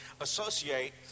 associate